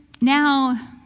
now